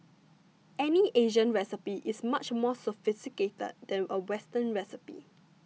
any Asian recipe is much more sophisticated than a Western recipe